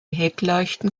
heckleuchten